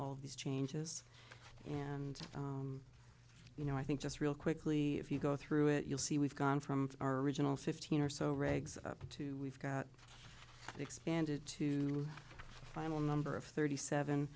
of these changes and you know i think just real quickly if you go through it you'll see we've gone from our original fifteen or so rigs up to we've got expanded to final number of thirty seven